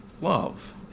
love